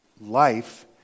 life